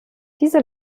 diese